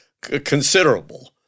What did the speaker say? considerable